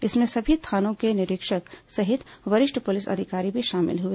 इसमें सभी थानों के निरीक्षक सहित वरिष्ठ पुलिस शामिल हुए